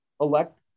elect